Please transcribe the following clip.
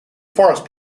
forest